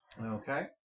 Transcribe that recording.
Okay